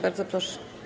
Bardzo proszę.